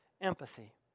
empathy